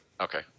okay